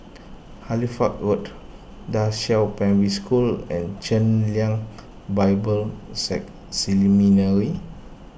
Halifax Road Da Qiao Primary School and Chen Lien Bible Seminary